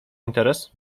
interes